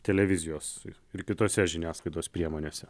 televizijos ir kitose žiniasklaidos priemonėse